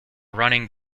running